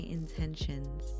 intentions